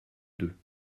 deux